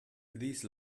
these